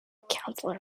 councillor